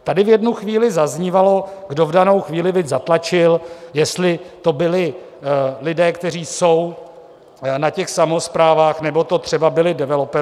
Tady v jednu chvíli zaznívalo, kdo v danou chvíli by zatlačil, jestli to byli lidé, kteří jsou na samosprávách, nebo to třeba byli developeři.